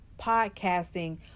podcasting